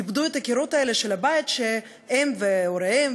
איבדו את הקירות של הבית שהם והוריהם,